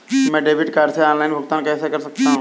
मैं debit card से online भुगतान कैसे कर सकता हूँ?